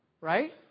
Right